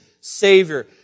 Savior